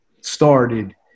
started